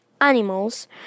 animals